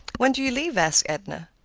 when do you leave? asked edna.